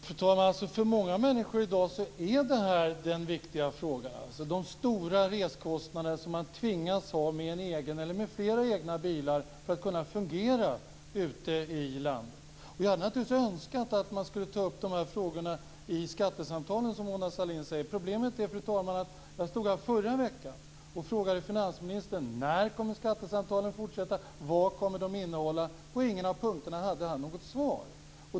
Fru talman! För många människor är den stora frågan i dag de stora resekostnader som de tvingas till för att med en eller med flera egna bilar kunna fungera ute i landet. Jag hade naturligtvis önskat att man skulle ta upp de här frågorna i skattesamtalen, som Mona Sahlin säger. Fru talman! I förra veckan frågade jag här finansministern när skattesamtalen kommer att fortsätta och vad de kommer att innehålla, men på ingen av dessa punkter hade han något svar.